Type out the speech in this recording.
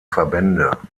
verbände